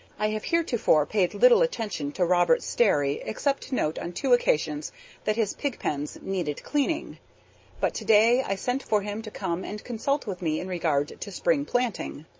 i have heretofore paid little attention to robert sterry except to note on two occasions that his pigpens needed cleaning but today i sent for him to come and consult with me in regard to spring planting.